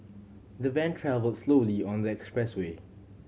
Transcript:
the van travelled slowly on the expressway